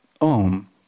om